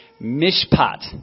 mishpat